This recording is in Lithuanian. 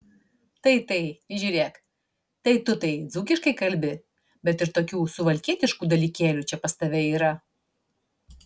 tai tai žiūrėk tai tu tai dzūkiškai kalbi bet ir tokių suvalkietiškų dalykėlių čia pas tave yra